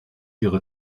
ihre